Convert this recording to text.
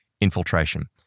infiltration